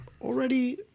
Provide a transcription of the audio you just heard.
already